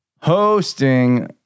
hosting